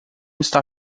está